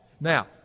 Now